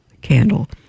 candle